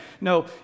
No